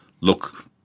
look